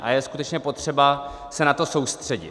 A je skutečně potřeba se na to soustředit.